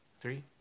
three